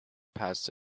passed